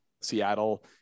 Seattle